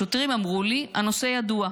השוטרים אמרו לי: הנושא ידוע.